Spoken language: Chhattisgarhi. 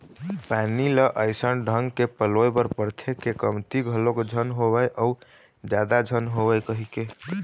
पानी ल अइसन ढंग के पलोय बर परथे के कमती घलोक झन होवय अउ जादा झन होवय कहिके